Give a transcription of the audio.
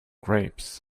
grapes